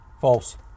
False